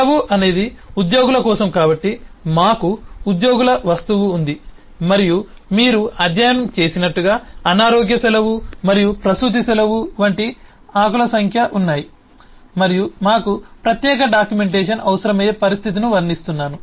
సెలవు అనేది ఉద్యోగుల కోసం కాబట్టి మాకు ఉద్యోగుల వస్తువు ఉంది మరియు మీరు అధ్యయనం చేసినట్లుగా అనారోగ్య సెలవు మరియు ప్రసూతి సెలవు వంటి ఆకుల సంఖ్య ఉన్నాయి మరియు మాకు ప్రత్యేక డాక్యుమెంటేషన్ అవసరమయ్యే పరిస్థితిని వర్ణిస్తున్నాను